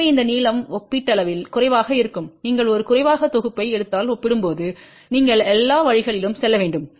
எனவே இந்த நீளம் ஒப்பீட்டளவில் குறைவாக இருக்கும் நீங்கள் ஒரு குறைவாக தொகுப்பை எடுத்தால் ஒப்பிடும்போது நீங்கள் எல்லா வழிகளிலும் செல்ல வேண்டும்